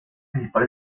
principal